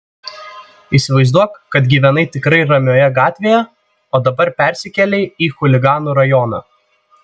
įsivaizduok kad gyvenai tikrai ramioje gatvėje o dabar persikėlei į chuliganų rajoną